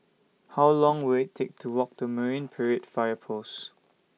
How Long Will IT Take to Walk to Marine Parade Fire Post